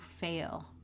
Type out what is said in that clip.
fail